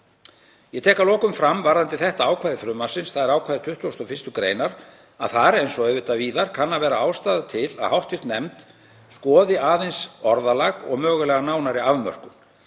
Ég tek að lokum fram varðandi þetta ákvæði frumvarpsins, þ.e. ákvæði 21. gr., að þar, eins og auðvitað víðar, kann að vera ástæða til að hv. nefnd skoði aðeins orðalag og mögulega nánari afmörkun.